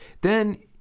Then